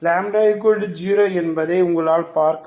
λ0 என்பதை உங்களால் பார்க்க முடியும்